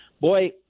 boy